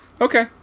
Okay